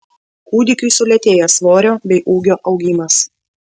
kūdikiui sulėtėja svorio bei ūgio augimas